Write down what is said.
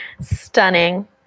Stunning